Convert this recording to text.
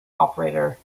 operator